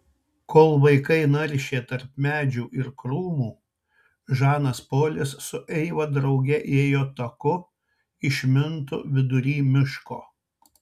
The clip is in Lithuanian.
kol vaikai naršė tarp medžių ir krūmų žanas polis su eiva drauge ėjo taku išmintu vidury miško